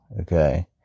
okay